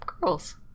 girls